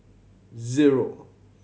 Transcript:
zero